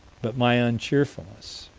but my uncheerfulness